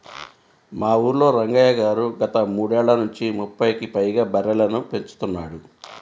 మా ఊల్లో రంగయ్య గారు గత మూడేళ్ళ నుంచి ముప్పైకి పైగా బర్రెలని పెంచుతున్నాడు